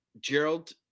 Gerald